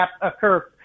occur